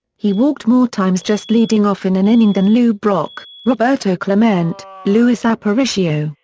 he walked more times just leading off in an inning than lou brock, roberto clemente, luis aparicio,